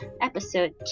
episode